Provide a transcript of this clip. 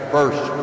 First